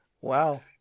Wow